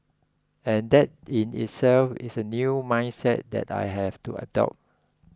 and that in itself is a new mindset that I have to adopt